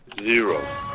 zero